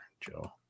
Joe